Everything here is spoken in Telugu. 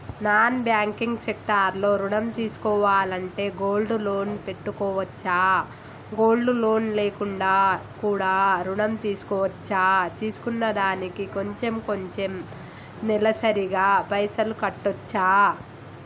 నాన్ బ్యాంకింగ్ సెక్టార్ లో ఋణం తీసుకోవాలంటే గోల్డ్ లోన్ పెట్టుకోవచ్చా? గోల్డ్ లోన్ లేకుండా కూడా ఋణం తీసుకోవచ్చా? తీసుకున్న దానికి కొంచెం కొంచెం నెలసరి గా పైసలు కట్టొచ్చా?